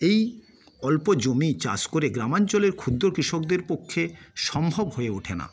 এই অল্প জমি চাষ করে গ্রামাঞ্চলের ক্ষুদ্র কৃষকদের পক্ষে সম্ভব হয়ে ওঠে না